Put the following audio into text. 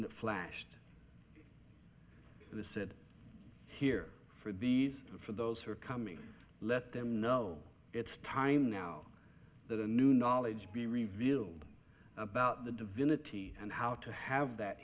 the said here for these for those who are coming let them know it's time now that a new knowledge be revealed about the divinity and how to have that